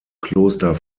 kloster